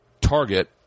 Target